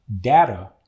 data